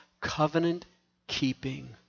covenant-keeping